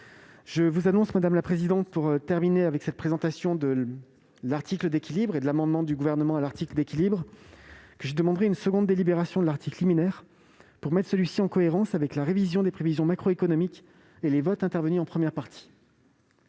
à court terme. Madame la présidente, en conclusion de cette présentation de l'article d'équilibre et de l'amendement du Gouvernement y afférent, je vous annonce que je demanderai une seconde délibération de l'article liminaire pour mettre celui-ci en cohérence avec la révision des prévisions macroéconomiques et les votes intervenus en première partie